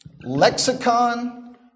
lexicon